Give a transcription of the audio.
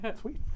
sweet